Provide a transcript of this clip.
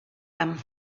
them